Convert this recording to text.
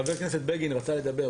חבר הכנסת בגין רצה לדבר.